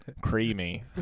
creamy